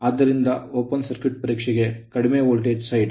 ಆದ್ದರಿಂದ open circuit ಪರೀಕ್ಷೆಗೆ ಕಡಿಮೆ ವೋಲ್ಟೇಜ್ ಸೈಡ್